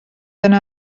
yna